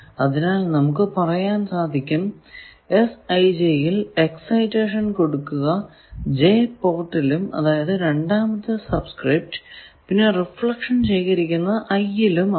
അതിനാൽ നമുക്ക് പറയാൻ സാധിക്കും യിൽ എക്സൈറ്റഷൻ കൊടുക്കുക j പോർട്ടിലും അതായതു രണ്ടാമത്തെ സബ്സ്ക്രിപ്റ്റ്ലും പിന്നെ റിഫ്ലക്ഷൻ ശേഖരിക്കുന്നത് i ലും ആണ്